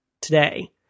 today